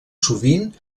sovint